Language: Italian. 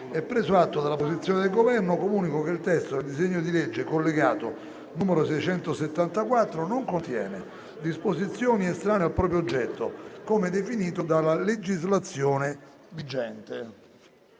preso atto della posizione del Governo, comunico che il testo del disegno di legge collegato n. 674 non contiene disposizioni estranee al proprio oggetto, come definito dalla legislazione vigente.